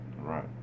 Right